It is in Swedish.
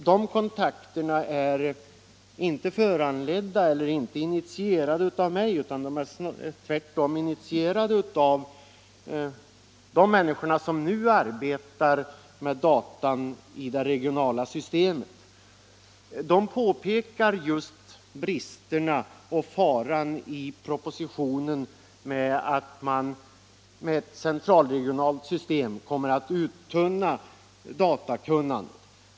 Dessa kontakter initierades inte av mig, utan tvärtom av människor som nu arbetar med datan i det regionala systemet. De påpekar bristerna och faran i propositionen med att man genom ett central/regionalt system kommer att uttunna datakunnandet.